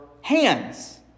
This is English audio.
hands